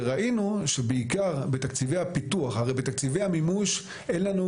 וראינו שבעיקר בתקציבי הפיתוח הרי בתקציבי המימוש אין לנו